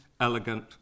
elegant